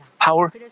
power